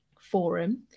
forum